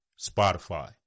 Spotify